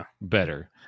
better